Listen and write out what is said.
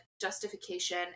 justification